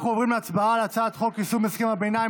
אנחנו עוברים להצבעה על הצעת חוק יישום הסכם הביניים